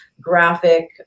graphic